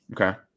okay